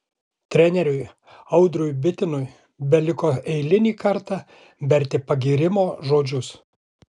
treneriui audriui bitinui beliko eilinį kartą berti pagyrimo žodžius